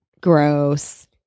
Gross